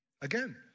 Again